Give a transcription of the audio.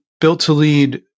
built-to-lead